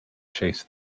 chase